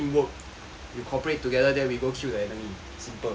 we cooperate together then we go kill the enemy simple